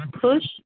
push